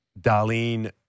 Darlene